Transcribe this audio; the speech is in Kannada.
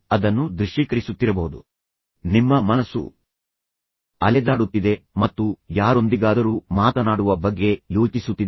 ಆದ್ದರಿಂದ ನೀವು ಸಂಪೂರ್ಣವಾಗಿ ಹಾದಿಯಿಂದ ಹೊರಗುಳಿದಿದ್ದೀರಿ ಮತ್ತು ತರಗತಿಯಲ್ಲಿ ಏನು ನಡೆಯುತ್ತಿದೆ ಎಂಬುದನ್ನು ನೀವು ಅನುಸರಿಸುತ್ತಿಲ್ಲ ನಿಮ್ಮ ಮನಸ್ಸು ಅಲೆದಾಡುತ್ತಿದೆ ಮತ್ತು ನಂತರ ಯಾರೊಂದಿಗಾದರೂ ಮಾತನಾಡುವ ಬಗ್ಗೆ ಯೋಚಿಸುತ್ತಿದೆ